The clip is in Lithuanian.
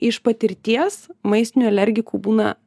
iš patirties maistinių alergikų būna